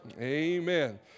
Amen